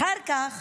אחר כך